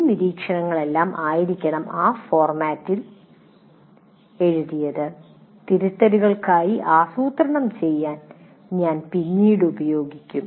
ഈ നിരീക്ഷണങ്ങളെല്ലാം ഈ ഫോർമാറ്റിൽ എഴുതിയതായിരിക്കണം അത് തിരുത്തലുകൾക്കായി ആസൂത്രണം ചെയ്യാൻ ഞങ്ങൾ പിന്നീട് ഉപയോഗിക്കും